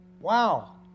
Wow